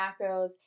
macros